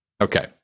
Okay